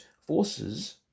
forces